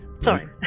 sorry